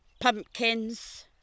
pumpkins